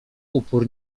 upór